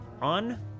on